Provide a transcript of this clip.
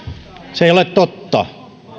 se ei ole totta